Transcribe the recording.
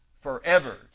forever